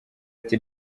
ati